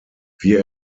wir